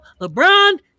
LeBron